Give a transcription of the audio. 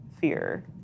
fear